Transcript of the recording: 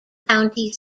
county